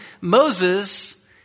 Moses